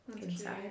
inside